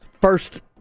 first